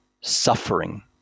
suffering